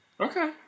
Okay